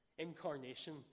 incarnation